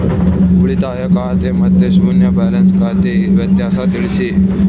ಉಳಿತಾಯ ಖಾತೆ ಮತ್ತೆ ಶೂನ್ಯ ಬ್ಯಾಲೆನ್ಸ್ ಖಾತೆ ವ್ಯತ್ಯಾಸ ತಿಳಿಸಿ?